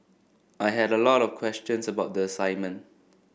I had a lot of questions about the assignment